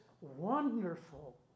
wonderful